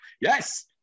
yes